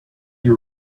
you